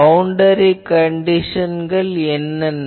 boundary கண்டிஷன்கள் என்னென்ன